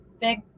big